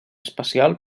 especial